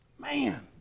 Man